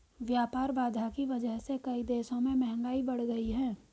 व्यापार बाधा की वजह से कई देशों में महंगाई बढ़ गयी है